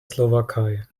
slowakei